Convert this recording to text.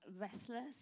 restless